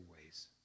ways